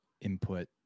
input